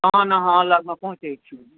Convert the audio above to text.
तहन अहाँ लगमे पहुँचै छी